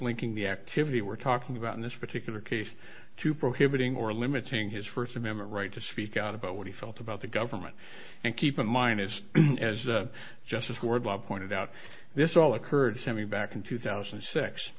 linking the activity we're talking about in this particular case to prohibiting or limiting his first amendment right to speak out about what he felt about the government and keep in mind as as a gesture toward bob pointed out this all occurred to me back in two thousand and six